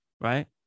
right